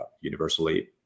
universally